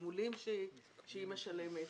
התגמולים שהיא משלמת,